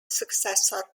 successor